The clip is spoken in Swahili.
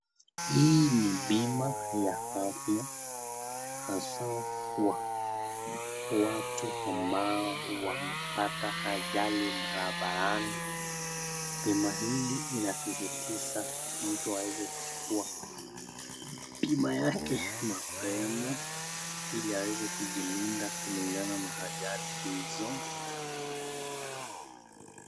Hii ni bima ya afya hasa kwa watu ambao wame pata ajali barabarani. Bima hili lina sisitiza mtu aweze kuchukua bima yake mapema ili aweze kujilinda kulingana na ajali hizo.